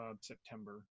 September